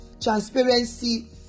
transparency